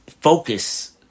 focus